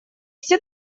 все